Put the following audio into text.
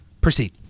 Proceed